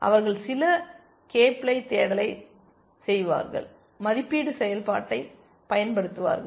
அவர்கள் சில K ply தேடலைச் செய்வார்கள் மதிப்பீட்டு செயல்பாட்டைப் பயன்படுத்துவார்கள்